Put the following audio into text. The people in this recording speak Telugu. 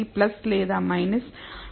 1 లేదా 3